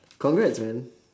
congrats man